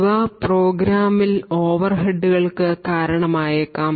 ഇവ പ്രോഗ്രാമിൽ ഓവർഹെഡുകൾക്ക് കാരണമായേക്കാം